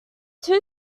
two